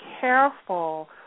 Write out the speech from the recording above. careful